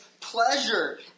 pleasure